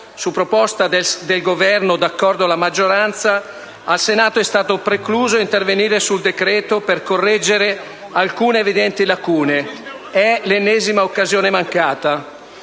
su proposta del Governo e con l'accordo della maggioranza, al Senato è stato precluso intervenire sul decreto-legge per correggere alcune evidenti lacune. È l'ennesima occasione mancata.